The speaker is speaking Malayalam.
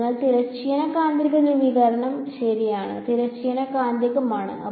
അതിനാൽ തിരശ്ചീന കാന്തിക ധ്രുവീകരണം ശരിയാണ് തിരശ്ചീന കാന്തികമാണ്